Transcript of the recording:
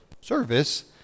service